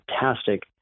fantastic